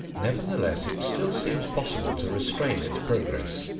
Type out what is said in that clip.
nevertheless, it still seems possible to restrain its progress.